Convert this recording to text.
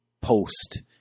post